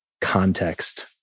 context